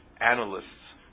analysts